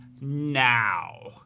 now